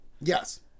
Yes